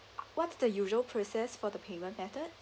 what's the usual process for the payment method